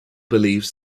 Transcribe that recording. believes